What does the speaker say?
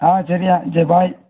ஆ சரிய்யா சரி பாய்